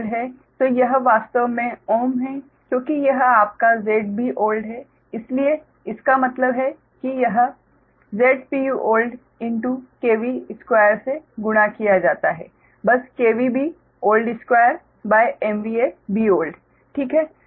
तो यह वास्तव में ओम है क्योंकि यह आपका ZBold है इसलिए इसका मतलब है कि यह Zpuold 2 से गुणा किया जाता है बस Bold2MVABold ठीक है